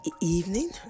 evening